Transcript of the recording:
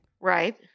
Right